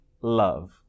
love